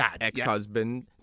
ex-husband